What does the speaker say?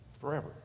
Forever